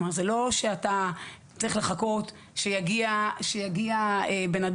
כלומר זה לא שאתה צריך לחכות שיגיע אדם